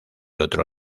otro